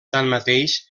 tanmateix